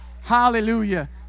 Hallelujah